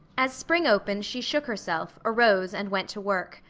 as spring opened, she shook herself, arose, and went to work.